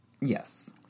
Yes